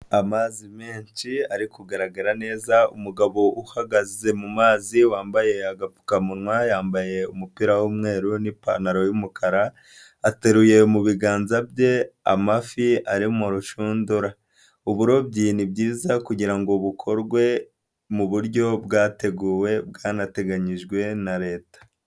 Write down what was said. Amazi menshi ari kugaragara neza, umugabo uhagaze mu mazi wambaye agapfukamunwa yambaye umupira w'umweru n'ipantaro y'umukara, ateruye mu biganza bye amafi ari mu rushundura. Uburobyi ni bwiza kugira ngo bukorwe mu buryo bwateguwe, bwanateganyijwe na leta.